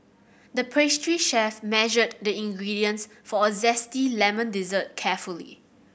the pastry chef measured the ingredients for a zesty lemon dessert carefully